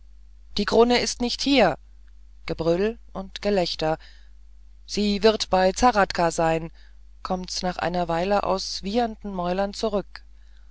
die krone ist nicht hier gebrüll und gelächter sie wird bei zahrakdka sein kommt's nach einer weile aus wiehernden mäulern zurück